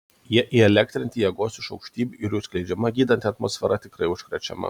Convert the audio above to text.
jie įelektrinti jėgos iš aukštybių ir jų skleidžiama gydanti atmosfera tikrai užkrečiama